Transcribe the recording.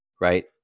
Right